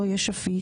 לא יהיה שפיט,